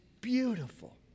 beautiful